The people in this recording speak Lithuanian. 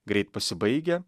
greit pasibaigia